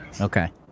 okay